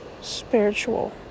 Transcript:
spiritual